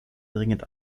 dringend